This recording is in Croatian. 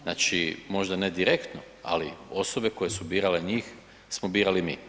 Znači, možda ne direktno, ali osobe koje su birale njih smo birali mi.